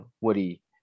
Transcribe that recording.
Woody